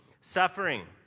suffering